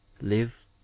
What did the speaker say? live